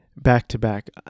back-to-back